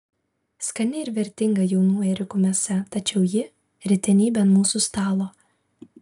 skani ir vertinga jaunų ėriukų mėsa tačiau ji retenybė ant mūsų stalo